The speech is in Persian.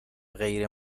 غیر